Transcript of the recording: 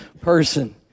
person